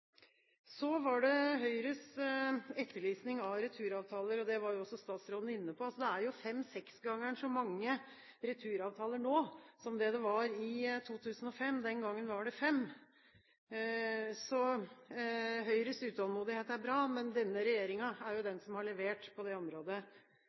Så var det Høyres etterlysning av returavtaler. Statsråden var jo også inne på dette. Det er jo fem–seks ganger så mange returavtaler nå som det det var i 2005. Den gangen var det fem. Så Høyres utålmodighet er bra, men denne regjeringen er jo